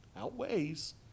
outweighs